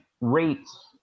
rates